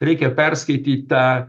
reikia perskaityt tą